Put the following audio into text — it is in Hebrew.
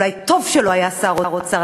אולי טוב שהוא לא היה שר האוצר,